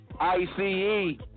I-C-E